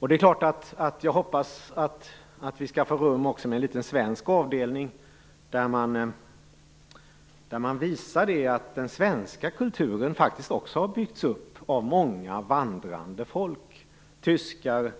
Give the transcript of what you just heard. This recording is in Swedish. Jag hoppas självklart att vi skall få rum också för en liten svensk avdelning, där man visar att den svenska kulturen faktiskt också har byggts upp av många vandrande folk, exempelvis tyskar,